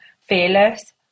fearless